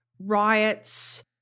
riots